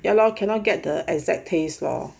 ya lor cannot get the exact taste lor